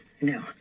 no